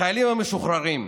החיילים המשוחררים,